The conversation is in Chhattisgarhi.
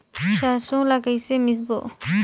सरसो ला कइसे मिसबो?